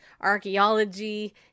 archaeology